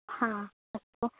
हा अस्तु